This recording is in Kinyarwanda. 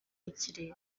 y’ikirere